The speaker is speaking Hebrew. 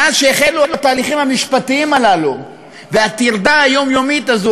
מאז החלו ההליכים המשפטיים הללו והטרדה היומיומית הזאת,